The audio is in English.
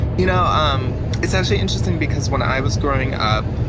you know um it's actually interesting because when i was growing up,